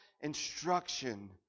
instruction